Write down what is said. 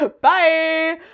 bye